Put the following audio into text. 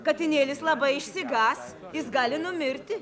katinėlis labai išsigąs jis gali numirti